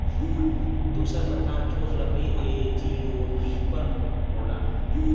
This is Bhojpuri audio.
दूसर प्रकार ठोस लकड़ी एंजियोस्पर्म होला